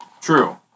True